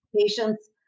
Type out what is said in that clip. Patients